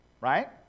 Right